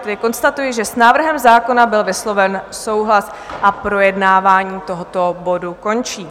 Takže konstatuji, že s návrhem zákona byl vysloven souhlas a projednávání tohoto kočí.